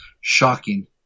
Shocking